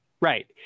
Right